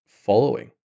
following